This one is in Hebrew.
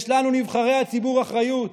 יש לנו, נבחרי הציבור, אחריות.